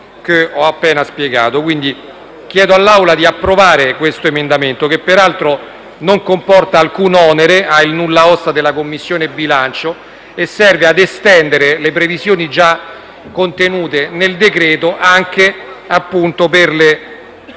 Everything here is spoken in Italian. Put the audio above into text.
che ho appena spiegato. Chiedo quindi all'Assemblea di approvare questo emendamento, che peraltro non comporta alcun onere, ha il nulla osta della Commissione bilancio e serve ad estendere le previsioni già contenute nel decreto-legge anche